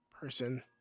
person